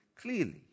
clearly